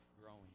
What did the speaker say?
growing